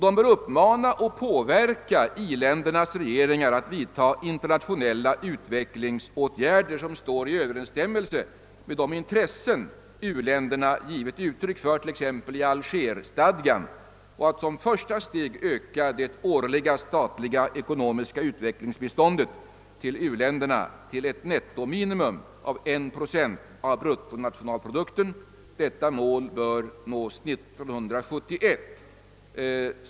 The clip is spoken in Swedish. De bör uppmana och påverka i-ländernas regeringar att vidtaga internationella utvecklingsåtgärder, som står i överensstämmelse med de intressen u-länderna har givit uttryck för t.ex. i Alger-stadgan, och att som första steg öka det årliga statliga ekonomiska utvecklingsbiståndet till uländerna till ett nettominimum av 1 procent av bruttonationalprodukten. Detta mål bör nås 1971.